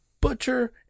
Butcher